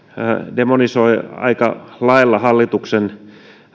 demonisoi aika lailla hallituksen